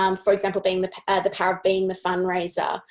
um for example, being the the power of being the fundraiser.